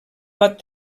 pot